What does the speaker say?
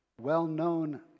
well-known